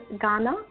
Ghana